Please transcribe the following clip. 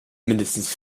mindestens